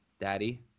Daddy